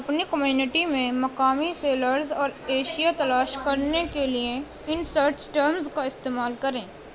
اپنی کمیونٹی میں مقامی سیلرز اور ایشیا تلاش کرنے کے لیے ان سرچ ٹرمز کا استعمال کریں